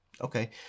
okay